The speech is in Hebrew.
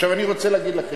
אני רוצה להגיד לכם: